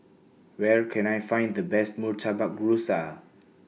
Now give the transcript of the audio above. Where Can I Find The Best Murtabak Rusa